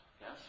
yes